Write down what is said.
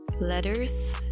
Letters